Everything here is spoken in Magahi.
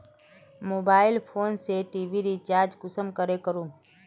मोबाईल फोन से टी.वी रिचार्ज कुंसम करे करूम?